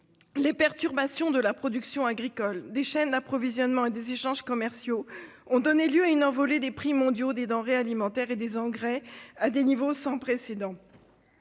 Les perturbations de la production agricole, des chaînes d'approvisionnement et des échanges commerciaux ont donné lieu à une envolée des prix mondiaux des denrées alimentaires et des engrais à des niveaux sans précédent.